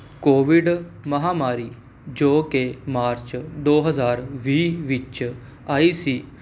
Covid ਮਹਾਂਮਾਰੀ ਜੋ ਕਿ ਮਾਰਚ ਦੋ ਹਜ਼ਾਰ ਵੀਹ ਵਿੱਚ ਆਈ ਸੀ